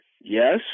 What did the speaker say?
Yes